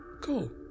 Cool